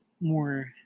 more